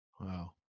Wow